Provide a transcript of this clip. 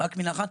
רק מילה אחת.